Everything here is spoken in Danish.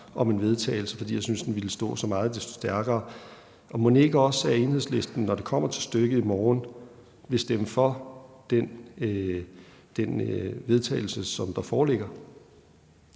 til vedtagelse, for jeg synes, at det ville stå så meget desto stærkere. Og mon ikke også at Enhedslisten, når det kommer til stykket, i morgen vil stemme for det forslag til vedtagelse, som der foreligger.